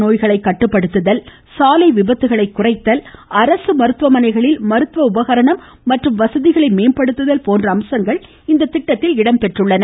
நோய்களை கட்டுப்படுத்துதல் சாலை விபத்துகளை தொற்றா குறைத்தல் அரசு மருத்துவமனைகளில் மருத்துவ உபகரணம் மற்றும் வசதிகளை மேம்படுத்துதல் போன்ற அம்சங்கள் இந்த திட்டத்தில் இடம் பெற்றுள்ளன